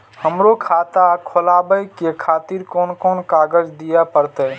हमरो खाता खोलाबे के खातिर कोन कोन कागज दीये परतें?